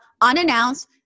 unannounced